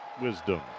Wisdom